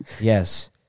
Yes